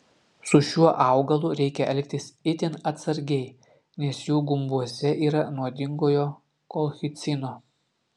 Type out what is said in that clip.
su šiuo augalu reikia elgtis itin atsargiai nes jų gumbuose yra nuodingojo kolchicino